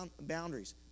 boundaries